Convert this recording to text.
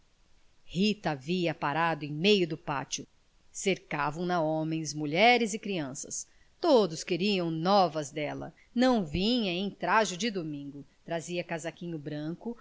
rita havia parado em meio do pátio cercavam na homens mulheres e crianças todos queriam novas dela não vinha em traje de domingo trazia casaquinho branco